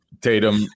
Tatum